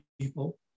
people